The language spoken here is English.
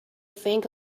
think